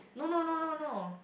no no no no no